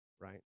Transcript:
right